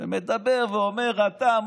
ומדבר ואומר: אתה,